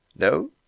No